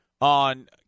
on